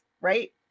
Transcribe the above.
right